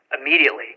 immediately